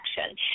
action